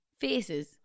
faces